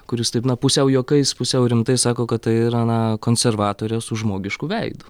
kur jis taip na pusiau juokais pusiau rimtai sako kad tai yra na konservatorė su žmogišku veidu